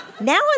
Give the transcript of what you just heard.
Now